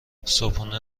صبحونه